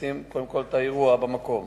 לשים את האירוע במקום.